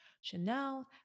Chanel